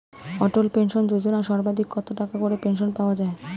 অটল pension Yojana সর্বাধিক কত টাকা করে পেনশন পাওয়া যায়?